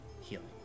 healing